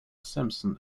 simpson